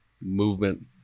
movement